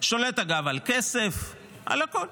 שולט אגב על כסף, על הכול.